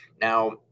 Now